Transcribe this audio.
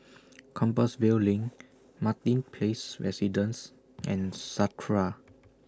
Compassvale LINK Martin Place Residences and Sakura